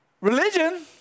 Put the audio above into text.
religion